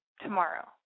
tomorrow